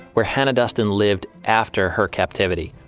where hannah duston lived after her captivity.